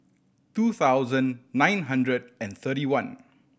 two thousand nine hundred and thirty one